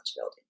building